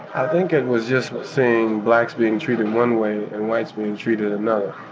i think it was just seeing blacks being treated one way and whites being treated another.